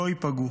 לא ייפגעו.